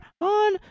on